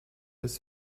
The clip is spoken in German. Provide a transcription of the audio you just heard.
ist